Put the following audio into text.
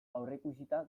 aurreikusita